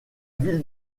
ville